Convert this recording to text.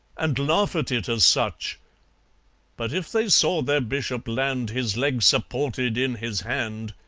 and laugh at it as such but if they saw their bishop land, his leg supported in his hand,